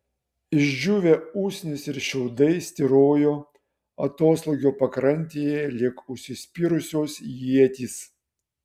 išdžiūvę usnys ir šiaudai styrojo atoslūgio pakrantėje lyg užsispyrusios ietys